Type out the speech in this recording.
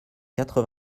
quatre